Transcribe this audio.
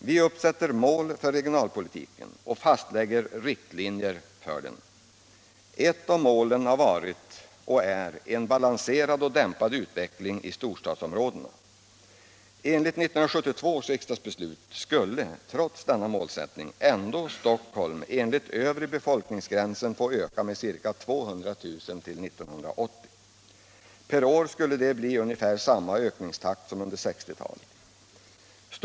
Vi uppsätter mål för regionalpolitiken och fastlägger riktlinjer för den. Ett av målen har varit och är en balanserad och dämpad utveckling i storstadsområdena. Enligt 1972 års riksdagsbeslut skulle, trots denna målsättning, Stockholm enligt övre befolkningsgränsen få öka med ca 200 000 fram till 1980. Per år skulle det bli ungefär samma ökningstakt som under 1960 talet.